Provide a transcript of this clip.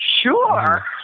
sure